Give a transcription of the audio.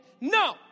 No